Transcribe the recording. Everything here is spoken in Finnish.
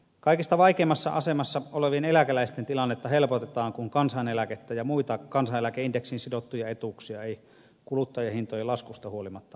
kaikista vaikeimmassa asemassa olevien eläkeläisten tilannetta helpotetaan kun kansaneläkettä ja muita kansaneläkeindeksiin sidottuja etuuksia ei kuluttajahintojen laskusta huolimatta alenneta